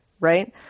Right